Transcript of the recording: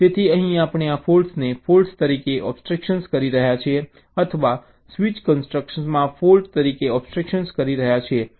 તેથી અહીં આપણે આ ફૉલ્ટ્સને ફૉલ્ટ તરીકે એબ્સ્ટ્રેક્શન કરી રહ્યા છીએ અથવા સ્વિચ કન્સ્ટ્રક્ટમાં ફૉલ્ટ તરીકે એબ્સ્ટ્રેક્શન કરી રહ્યા છીએ